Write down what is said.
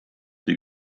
sie